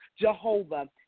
Jehovah